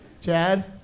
Chad